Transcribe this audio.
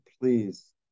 please